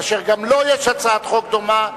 אשר גם לו יש הצעת חוק דומה,